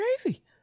crazy